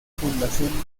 fundación